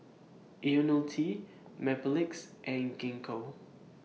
Ionil T Mepilex and Gingko